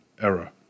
Error